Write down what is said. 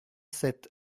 sept